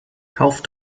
kauf